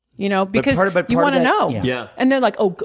you know, because sort of but you want to know. yeah and they're like, oh,